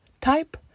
Type